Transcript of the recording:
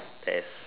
there's